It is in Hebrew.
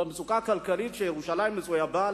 במצוקה הכלכלית שירושלים מצויה בה.